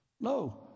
No